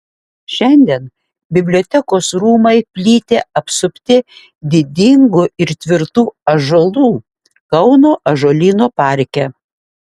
šiandien bibliotekos rūmai plyti apsupti didingų ir tvirtų ąžuolų kauno ąžuolyno parke